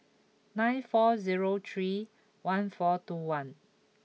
nine four zero three one four two one